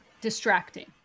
distracting